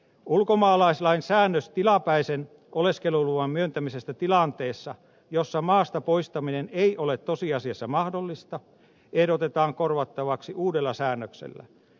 ulkomaalaislain säännös tilapäisen oleskeluluvan myöntämisestä tilanteessa jossa maastapoistaminen ei ole tosiasiassa mahdollista ehdotetaan korvattavaksi uudella säännöksellä